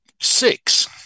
six